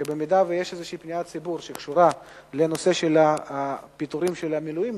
במידה שיש איזו פניית ציבור שקשורה לנושא של הפיטורים של המילואימניק,